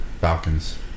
Falcons